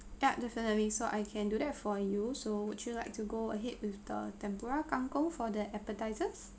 yup definitely so I can do that for you so would you like to go ahead with the tempura kangkong for the appetisers